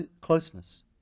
closeness